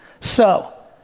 so,